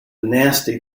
nasty